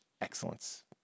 excellence